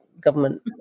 government